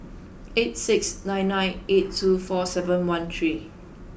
eight six nine nine eight two four seven one three